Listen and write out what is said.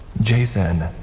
Jason